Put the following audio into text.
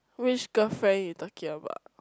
which girlfriend you talking about